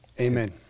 amen